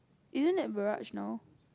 isn't that Barrage now